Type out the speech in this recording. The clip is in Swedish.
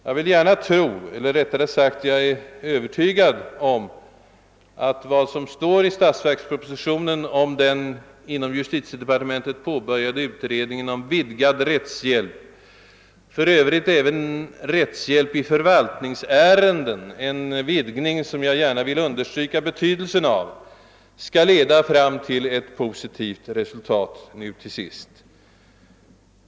Jag är för min del övertygad om att vad som står i statsverkspropositionen om den inom justitiedepartementet påbörjade utredningen om vidgad rättshjälp, för övrigt även rättshjälp i förvaltningsärenden — en utvidgning som jag gärna vill understryka betydelsen av — till sist verkligen skall leda till ett positivt resultat.